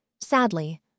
Sadly